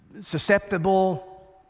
susceptible